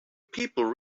people